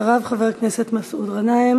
אחריו, חבר הכנסת מסעוד גנאים